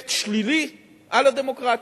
אפקט שלילי על הדמוקרטיה.